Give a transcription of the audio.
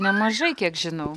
nemažai kiek žinau